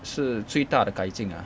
是最大的改进 ah